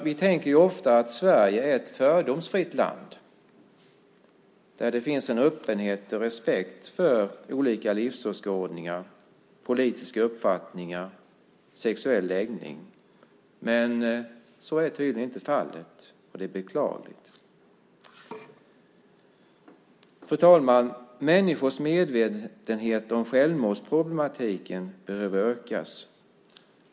Vi tänker ofta att Sverige är ett fördomsfritt land där det finns en öppenhet och respekt för olika livsåskådningar, politiska uppfattningar och sexuella läggningar. Men så är tydligen inte fallet, och det är beklagligt. Fru talman! Människors medvetenhet om självmordsproblematiken behöver ökas.